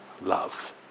love